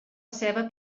ceba